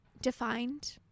defined